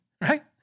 right